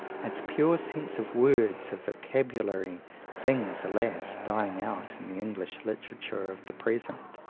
its pure sense of words, of vocabulary things, alas! dying out in the english literature of the present,